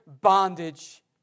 bondage